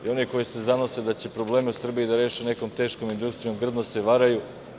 Oni koji se zanose da će probleme u Srbiji da reše nekom teškom industrijom, grdno se varaju.